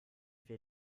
wir